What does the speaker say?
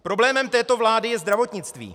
Problémem této vlády je zdravotnictví.